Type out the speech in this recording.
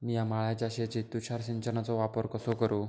मिया माळ्याच्या शेतीत तुषार सिंचनचो वापर कसो करू?